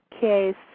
case